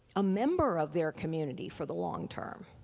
a member of their community for the long-term,